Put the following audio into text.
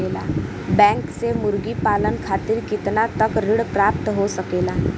Bank से मुर्गी पालन खातिर कितना तक ऋण प्राप्त हो सकेला?